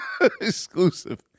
Exclusive